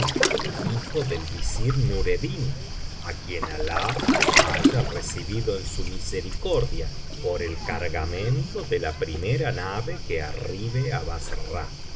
hijo del visir nureddin á quien alah haya recibido en su misericordia por el cargamento de la primera nave que arribe á bassra